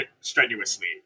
strenuously